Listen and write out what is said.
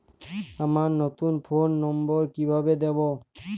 আমার নতুন phone number কিভাবে দিবো?